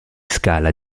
scala